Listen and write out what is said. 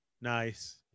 Nice